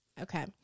Okay